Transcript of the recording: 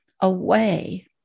away